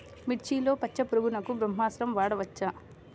మిర్చిలో పచ్చ పురుగునకు బ్రహ్మాస్త్రం వాడవచ్చా?